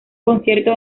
concierto